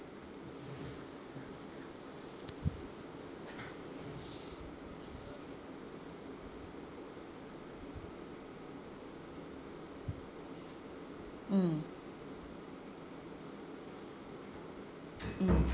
mm mm